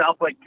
Southlake